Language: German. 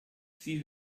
sie